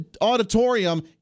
auditorium